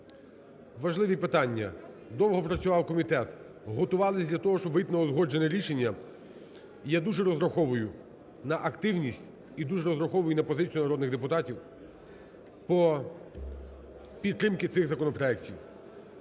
Важливі питання. Довго працював комітет. Готувались для того, щоб вийти на узгоджене рішення. І я дуже розраховую на активність і дуже розраховую на позицію народних депутатів по підтримці цих законопроектів.